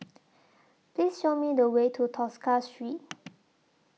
Please Show Me The Way to Tosca Street